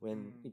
mm mm